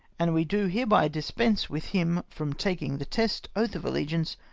and we do hereby dispense with him from taking the test, oath of allegiance,